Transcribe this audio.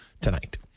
tonight